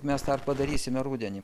mes tą ir padarysime rudenį